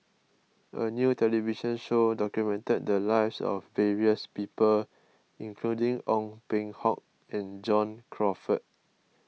a new television show documented the lives of various people including Ong Peng Hock and John Crawfurd